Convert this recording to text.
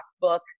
book